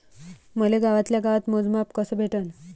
मले गावातल्या गावात मोजमाप कस भेटन?